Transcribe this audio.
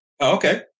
Okay